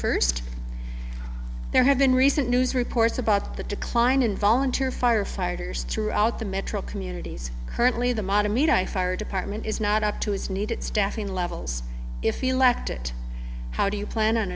first there had been recent news reports about the decline in volunteer firefighters throughout the metro communities currently the modern meat i fire department is not up to his need at staffing levels if he lacked it how do you plan on